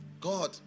God